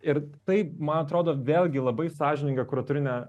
ir tai man atrodo vėlgi labai sąžiningą kuratorinę